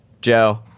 Joe